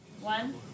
One